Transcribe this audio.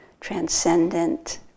transcendent